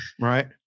Right